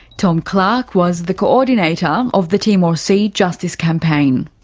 tom clark was the co-ordinator um of the timor sea justice campaign.